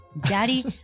daddy